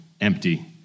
empty